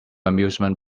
amusement